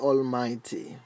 Almighty